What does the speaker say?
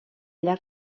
llarg